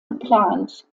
geplant